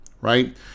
right